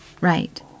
right